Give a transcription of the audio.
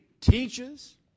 teaches